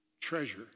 treasure